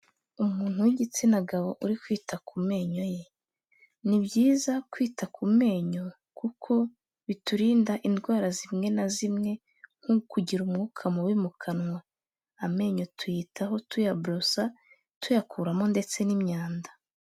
Umuntu w'igitsina gabo uri kwita ku menyo ye, ni byiza kwita ku menyo kuko biturinda indwara zimwe na zimwe nko kugira umwuka mubi mu kanwa, amenyo tuyitaho tuyaborosa, tuyakuramo ndetse n'imyanda.